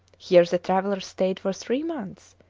here the travellers stayed for three months,